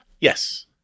Yes